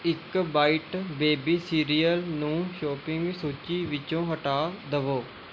ਇੱਕ bite baby cereal ਨੂੰ shopping ਸੂਚੀ ਵਿੱਚੋਂ ਹਟਾ ਦੇਵੋ